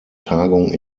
tagung